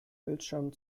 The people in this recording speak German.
bildschirm